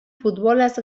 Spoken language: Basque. futbolaz